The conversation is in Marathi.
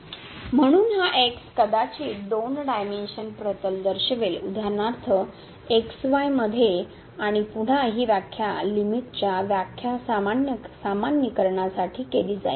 म्हणून हा कदाचित दोन डायमेंशन प्रतल दर्शवेल उदाहरणार्थ मध्ये आणि पुन्हा ही व्याख्या लिमिट च्या व्याख्या सामान्यीकरणासाठी केली जाईल